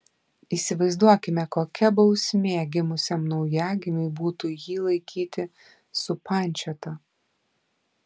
įsivaizduokime kokia bausmė gimusiam naujagimiui būtų jį laikyti supančiotą